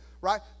right